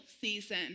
season